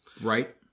right